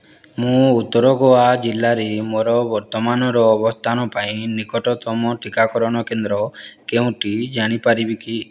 ମୁଁ ଉତ୍ତର ଗୋଆ ଜିଲ୍ଲାରେ ମୋର ବର୍ତ୍ତମାନର ଅବସ୍ଥାନ ପାଇଁ ନିକଟତମ ଟିକାକରଣ କେନ୍ଦ୍ର କେଉଁଟି ଜାଣିପାରିବି କି